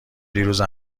دیروز